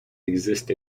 exist